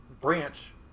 branch